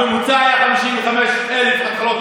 השר במשרד האוצר חמד עמאר: